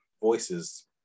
Voices